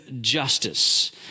justice